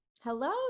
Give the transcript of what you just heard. Hello